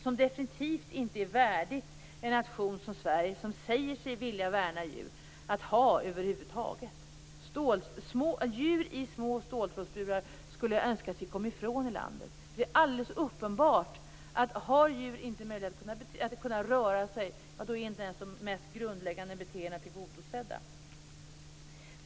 Det är definitivt inte värdigt en nation som Sverige som säger sig vilja värna djur att ha sådana över huvud taget. Djur i små ståltrådsburar skulle jag önska att vi kom ifrån i det här landet. Det är alldeles uppenbart att om djur inte har möjlighet att röra sig är inte ens de mest grundläggande behoven tillgodosedda.